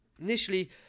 Initially